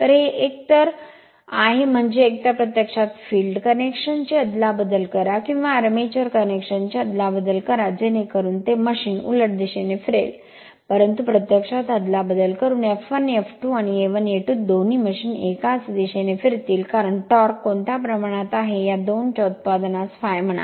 तर ते एकतर आहे म्हणजे एकतर प्रत्यक्षात फील्ड कनेक्शन ची अदलाबदल करा किंवा आर्मेचर कनेक्शन चे अदलाबदल करा जेणेकरून ते मशीन उलट दिशेने फिरेल परंतु प्रत्यक्षात अदलाबदल करून F1 F2 आणि A1 A2 दोन्ही मशीन एकाच दिशेने फिरतील कारण टॉर्क कोणत्या प्रमाणात आहे या 2 च्या उत्पादनास ∅ म्हणा